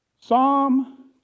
Psalm